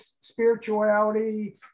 spirituality